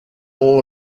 all